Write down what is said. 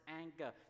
anger